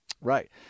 Right